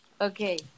Okay